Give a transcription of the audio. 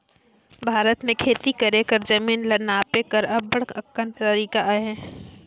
भारत में खेती कर जमीन ल नापे कर अब्बड़ अकन तरीका अहे